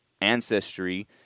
ancestry